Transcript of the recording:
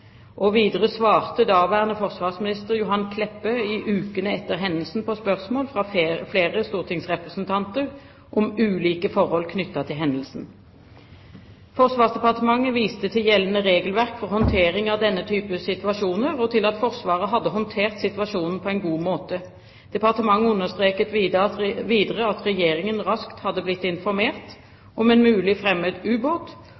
Videre svarte daværende forsvarsminister, Johan Kleppe, i ukene etter hendelsen på spørsmål fra flere stortingsrepresentanter om ulike forhold knyttet til hendelsen. Forsvarsdepartementet viste til gjeldende regelverk for håndtering av denne type situasjoner og til at Forsvaret hadde håndtert situasjonen på en god måte. Departementet understreket videre at regjeringen raskt hadde blitt informert om en mulig fremmed ubåt,